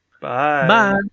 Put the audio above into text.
bye